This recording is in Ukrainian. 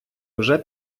вже